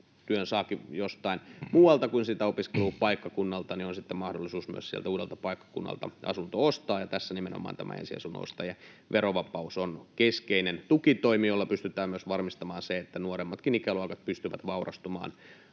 työn saakin jostain muualta kuin opiskelupaikkakunnalta, niin on sitten mahdollisuus myös uudelta paikkakunnalta asunto ostaa. Ja tässä nimenomaan tämä ensiasunnon ostajan verovapaus on keskeinen tukitoimi, jolla pystytään myös varmistamaan se, että nuoremmatkin ikäluokat pystyvät vaurastumaan